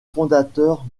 fondateurs